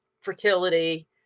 fertility